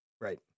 Right